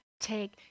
take